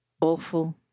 awful